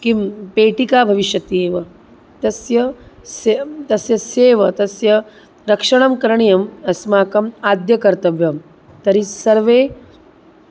किं पेटिका भविष्यति एव तस्य सः तस्य सेव् तस्य रक्षणं करणीयम् अस्माकम् आद्यकर्तव्यं तर्हि सर्वे